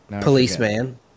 Policeman